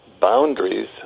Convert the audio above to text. boundaries